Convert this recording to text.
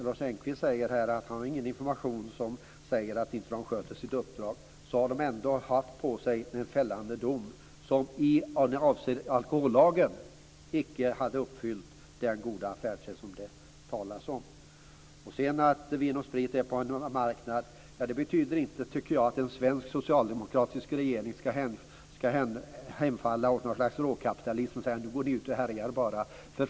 Lars Engqvist säger att han inte har någon information som säger att man inte sköter sitt uppdrag, men man har ändå fått en fällande dom mot sig därför att man enligt alkohollagen inte uppfyllt god affärssed. Jag tycker inte att det förhållandet att Vin & Sprit befinner sig på en marknad innebär att en svensk socialdemokratisk regering skall hemfalla till något slags råkapitalism och säga: Gå bara ut och härja!